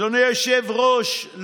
אדוני היושב-ראש,